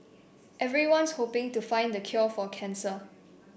everyone's hoping to find the cure for cancer